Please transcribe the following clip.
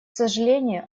сожалению